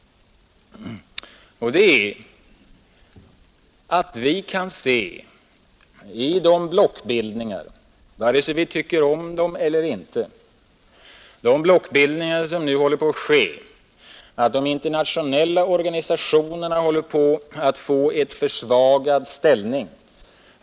Det är att vi i blockbildningarna, vare sig vi tycker om dem eller inte, kan se att de internationella organisationerna håller på att få en försvagad ställning.